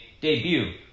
debut